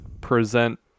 present